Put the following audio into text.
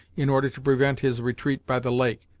in order to prevent his retreat by the lake,